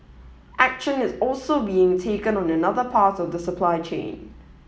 action is also being taken on another part of the supply chain